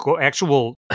actual